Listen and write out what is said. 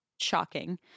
shocking